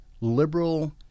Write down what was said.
liberal